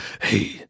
Hey